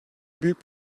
büyük